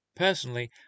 Personally